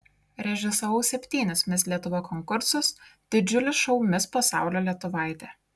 režisavau septynis mis lietuva konkursus didžiulį šou mis pasaulio lietuvaitė